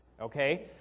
Okay